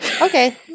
Okay